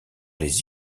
les